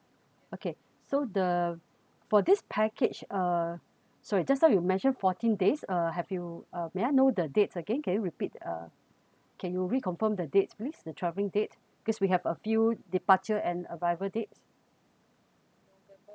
okay so the for this package uh sorry just now you mentioned fourteen days uh have you uh may I know the dates again can you repeat uh can you reconfirm the dates please the travelling date cause we have a few departure and arrival dates